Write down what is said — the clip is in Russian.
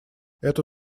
эту